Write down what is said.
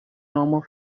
normal